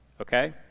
Okay